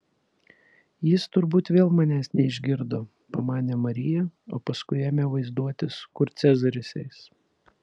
jis turbūt vėl manęs neišgirdo pamanė marija o paskui ėmė vaizduotis kur cezaris eis